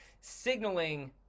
signaling